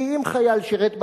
כי אם חייל שירת בכלא,